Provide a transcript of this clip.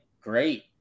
great